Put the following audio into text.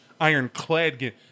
ironclad